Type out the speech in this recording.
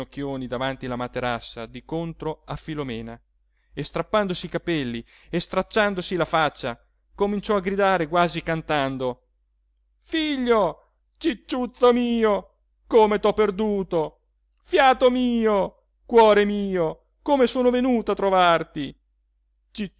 davanti la materassa di contro a filomena e strappandosi i capelli e stracciandosi la faccia cominciò a gridare quasi cantando figlio cicciuzzo mio come t'ho perduto fiato mio cuore mio come sono venuta a trovarti